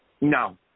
No